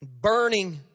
burning